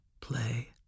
play